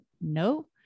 no